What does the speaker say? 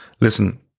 listen